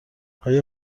آیا